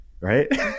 right